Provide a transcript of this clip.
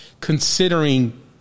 considering